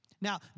Now